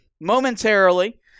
momentarily